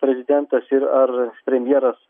prezidentas ir ar premjeras